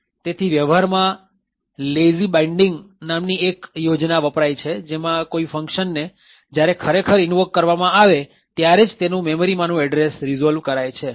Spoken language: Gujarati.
તેથી વ્યવહારમાં લેઝી બાઈન્ડીંગ નામની એક યોજના વપરાય છે જેમાં કોઈ ફંકશન ને જ્યારે ખરેખર ઇન્વોક કરવામાં આવે ત્યારે જ તેનું મેમરીમાંનું એડ્રેસ રીઝોલ્વ કરાય છે